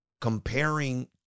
comparing